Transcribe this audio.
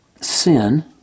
sin